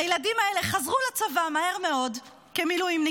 הילדים האלה חזרו לצבא מהר מאוד כמילואימניקים,